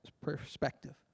perspective